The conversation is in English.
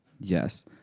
Yes